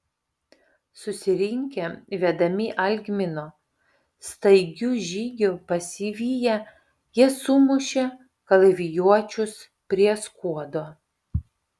susirinkę vedami algmino staigiu žygiu pasiviję jie sumušė kalavijuočius prie skuodo